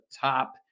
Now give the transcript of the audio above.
top